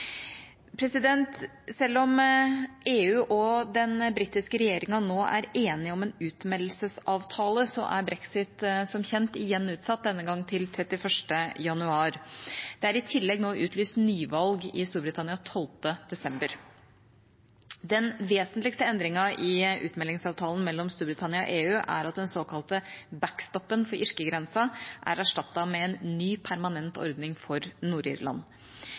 Selv om EU og den britiske regjeringa nå er enige om en utmeldelsesavtale, er brexit som kjent igjen utsatt, denne gangen til 31. januar. Det er i tillegg nå utlyst nyvalg i Storbritannia 12. desember. Den vesentligste endringen i utmeldingsavtalen mellom Storbritannia og EU er at den såkalte backstop-en for irskegrensen er erstattet med en ny, permanent ordning for